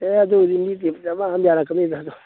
ꯑꯦ ꯑꯗꯨꯒꯤꯗꯤ ꯃꯤꯗꯤ ꯗꯃꯥ ꯑꯃ ꯌꯥꯔꯛꯀꯅꯤꯗ ꯑꯗꯣ